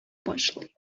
башлый